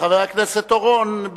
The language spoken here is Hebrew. וחבר הכנסת אורון,